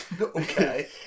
okay